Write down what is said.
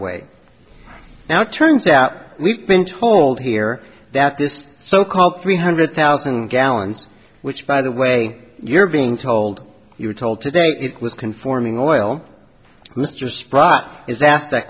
way now it turns out we've been told here that this so called three hundred thousand gallons which by the way you're being told you were told today it was conforming oil mr sprott is asked that